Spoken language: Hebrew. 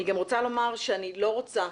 אני גם רוצה לומר שאני לא רוצה,